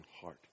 heart